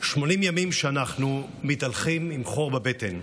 80 ימים שאנחנו מתהלכים עם חור בבטן.